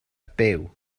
byw